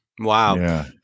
Wow